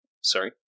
Sorry